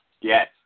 Yes